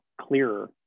clearer